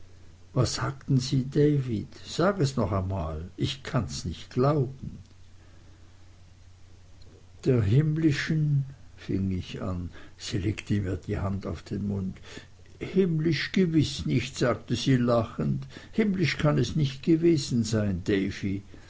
was sagten sie davy sag es noch einmal ich kann's nicht glauben der himmlischen fing ich an sie legte mir die hand auf den mund himmlisch gewiß nicht sagte sie lachend himmlisch kann es nicht gewesen sein davy